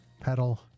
pedal